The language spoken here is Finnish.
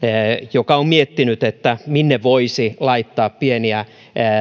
joka on miettinyt minne voisi laittaa pieniä